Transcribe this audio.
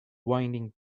winding